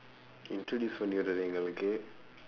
intoduce பண்ணிவிடு எங்களுக்கு:pannividu engkalukku